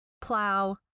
plow